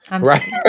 right